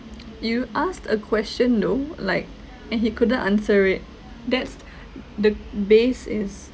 you asked a question though like and he couldn't answer it that's the base is